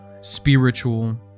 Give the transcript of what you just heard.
spiritual